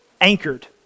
Anchored